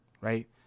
right